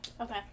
Okay